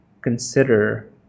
consider